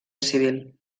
civil